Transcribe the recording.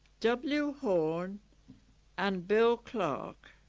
w horn and bill clark